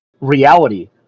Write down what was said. reality